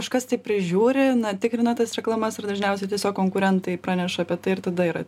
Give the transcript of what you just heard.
kažkas tai prižiūri tikrina tas reklamas ir dažniausiai tiesiog konkurentai praneša apie tai ir tada yra